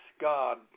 God